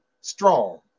strong